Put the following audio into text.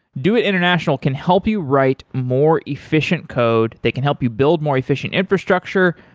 doit international can help you write more efficient code. they can help you build more efficient infrastructure.